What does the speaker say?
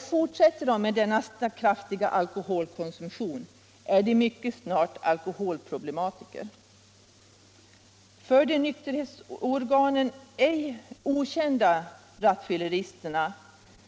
Fortsätter de med denna kraftiga alkoholkonsumtion, är de mycket snart alkoholproblematiker. De för nykterhetsorganen okända rattfylleristerna